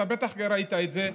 אתה בטח ראית את זה,